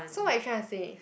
so what you trying to say